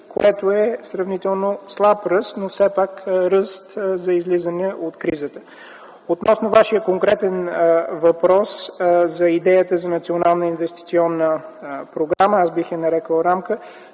който е сравнително слаб, но все пак ръст за излизане от кризата. Относно Вашия конкретен въпрос за идеята за Национална инвестиционна програма, аз бих я нарекъл рамка,